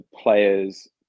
players